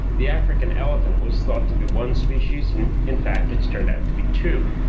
the african elephant was thought to be one species and in fact it has turned out to be two.